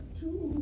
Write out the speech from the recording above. two